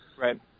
Right